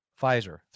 Pfizer